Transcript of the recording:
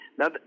Now